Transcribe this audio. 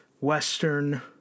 Western